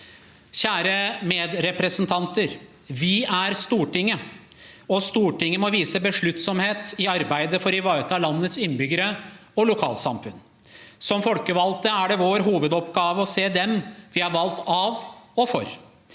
Kjære medrepresentanter! Vi er Stortinget, og Stortinget må vise besluttsomhet i arbeidet for å ivareta landets innbyggere og lokalsamfunn. Som folkevalgte er det vår hovedoppgave å se dem vi er valgt av og for.